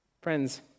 Friends